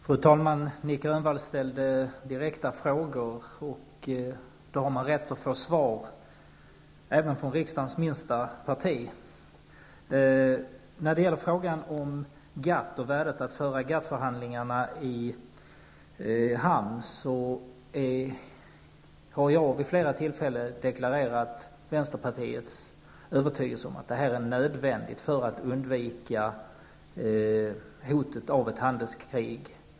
Fru talman! Eftersom Nic Grönvall ställer direkta frågor har han rätt att få svar även från riksdagens minsta parti. När det gäller frågan om GATT och värdet av att föra GATT-förhandlingarna i hamn, har jag vid flera tillfällen deklarerat vänsterpartiets övertygelse om att detta är nödvändigt för att undvika hotet om ett handelskrig.